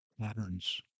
patterns